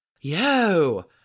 yo